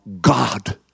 God